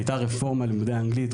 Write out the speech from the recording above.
הייתה רפורמה ללימודי אנגלית,